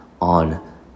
on